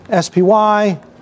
SPY